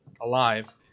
alive